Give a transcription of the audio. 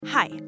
Hi